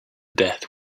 death